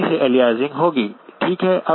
यहीं से अलियासिंग होगी ठीक है